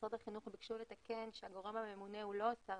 משרד החינוך ביקשו לתקן שהגורם הממונה הוא לא שר